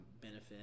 benefit